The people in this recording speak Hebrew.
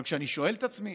אבל כשאני שואל את עצמי